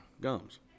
gums